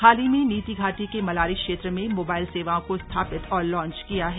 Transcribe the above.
हाल ही में नीती घाटी के मलारी क्षेत्र में मोबाइल सेवाओं को स्थापित और लॉन्च किया है